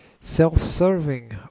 Self-serving